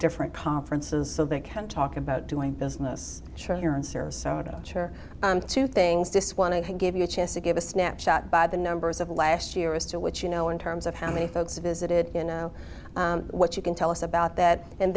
different conferences so they can talk about doing business show here in sarasota chair two things this one i gave you a chance to give a snapshot by the numbers of last year as to what you know in terms of how many folks visited you know what you can tell us about that and